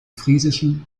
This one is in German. friesischen